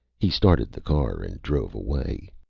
he started the car and drove away.